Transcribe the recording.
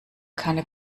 keine